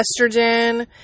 estrogen